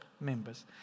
members